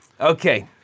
Okay